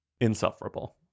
insufferable